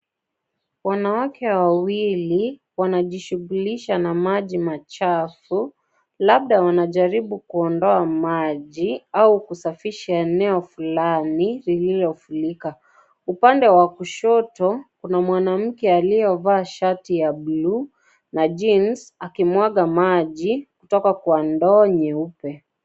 Wanawake wawili wanajishughulisha na maji machafu, labda wanajaribu kuondoa maji au kusafisha eneo fulani lililofurika. Upande wa kushoto kuna mwanamke aliyevaa shati ya blue na jeans akimwaga maji kutoka ndoo nyeupe.